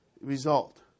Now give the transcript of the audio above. result